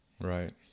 Right